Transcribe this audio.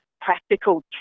practical